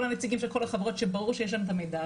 הנציגים של כל החברות שברור שיש להם את המידע,